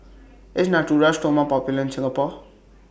IS Natura Stoma Popular in Singapore